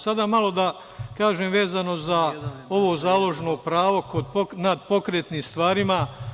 Sada malo da kažem vezano za ovo založno pravo nad pokretnim stvarima.